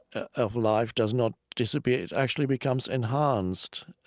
ah of life does not disappear. it actually becomes enhanced.